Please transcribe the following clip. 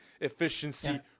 Efficiency